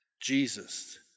Jesus